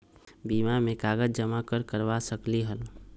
बीमा में कागज जमाकर करवा सकलीहल?